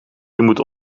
moet